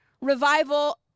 revival